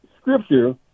scripture